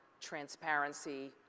transparency